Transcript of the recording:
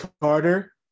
Carter